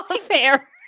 Fair